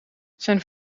zijn